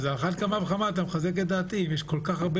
אז על אחת כמה וכמה אתה מחזק את דעתי אם יש כל כך הרבה